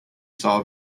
saw